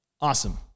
Awesome